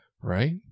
right